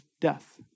death